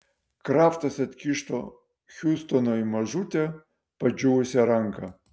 kraftas atkišo hiustonui mažutę padžiūvusią ranką